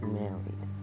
married